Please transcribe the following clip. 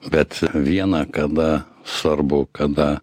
bet viena kada svarbu kada